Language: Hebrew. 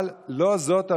אבל לא זאת הדרך.